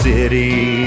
City